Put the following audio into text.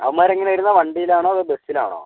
അവന്മാർ എങ്ങനെയായിരുന്നു വണ്ടിയിലാണോ അതോ ബസ്സിലാണോ